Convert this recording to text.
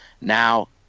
now